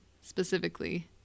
specifically